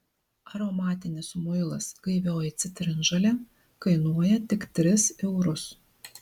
aromatinis muilas gaivioji citrinžolė kainuoja tik tris eurus